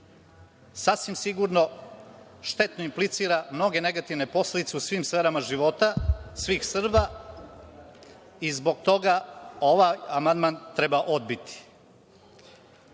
sasvim sigurno štetno implicira mnoge negativne posledice u svim sferama života svih Srba. Zbog toga ovaj amandman treba odbiti.